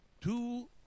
Two